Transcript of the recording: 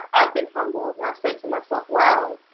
i've been humbled. and i've said to myself wow.